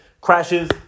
crashes